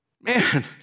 Man